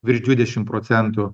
virš dvidešim procentų